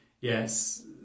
yes